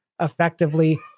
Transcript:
effectively